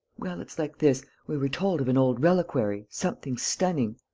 well, it's like this we were told of an old reliquary, something stunning.